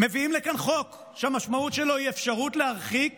מביאים לכאן חוק שהמשמעות שלו היא אפשרות להרחיק